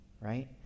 right